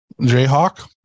Jayhawk